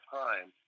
time